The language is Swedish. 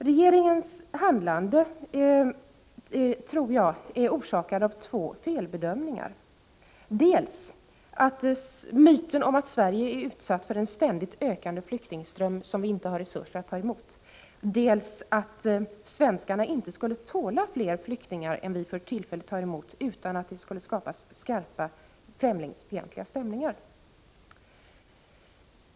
Jag tror att det är två felbedömningar som ligger bakom regeringens handlande: dels tror man på myten att Sverige är utsatt för en ständigt ökande flyktingström, som vi inte har resurser att ta emot, dels skulle svenskarna inte tåla att ta emot fler flyktingar än dem vi för tillfället tar emot. I annat fall skulle starka främlingsfientliga stämningar framkallas.